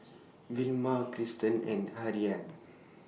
Vilma Kristan and Harriet